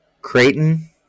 Creighton